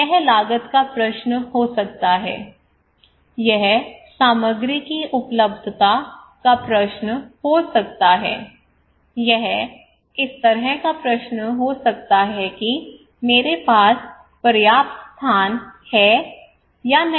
यह लागत का प्रश्न हो सकता है यह सामग्री की उपलब्धता का प्रश्न हो सकता है यह इस तरह का प्रश्न हो सकता है कि मेरे पास पर्याप्त स्थान है या नहीं